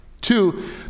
Two